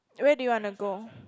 where do you wanna go